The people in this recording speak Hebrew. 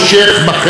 והדגל,